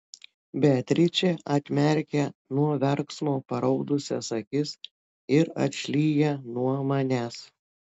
beatričė atmerkia nuo verksmo paraudusias akis ir atšlyja nuo manęs